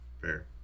Fair